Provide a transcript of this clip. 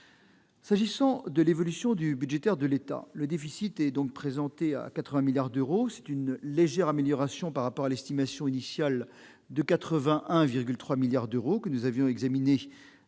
S'agissant de la situation budgétaire de l'État, le déficit présenté est de 80 milliards d'euros, soit une légère amélioration par rapport à l'estimation initiale de 81,3 milliards d'euros que nous avons examinée la semaine